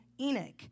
Enoch